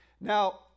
Now